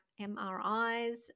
MRIs